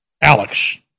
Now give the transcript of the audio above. Alex